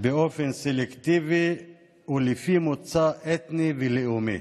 באופן סלקטיבי ולפי מוצא אתני ולאומי?